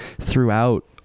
throughout